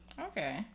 Okay